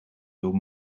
door